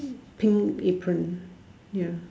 pink apron ya